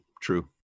true